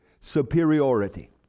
superiority